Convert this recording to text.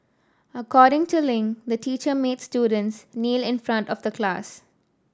according to Ling the teacher made students kneel in front of the class